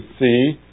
see